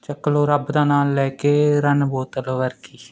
ਚੱਕਲੋ ਰੱਬ ਦਾ ਨਾਂ ਲੈ ਕੇ ਰੰਨ ਬੋਤਲ ਵਰਗੀ